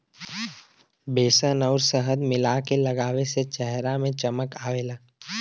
बेसन आउर शहद मिला के लगावे से चेहरा में चमक आवला